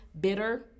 bitter